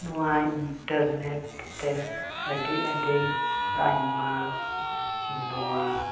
ᱱᱚᱣᱟ ᱤᱱᱴᱟᱨᱱᱮᱴ ᱛᱮ ᱟᱹᱰᱤ ᱟᱹᱰᱤ ᱟᱭᱢᱟ ᱱᱚᱣᱟ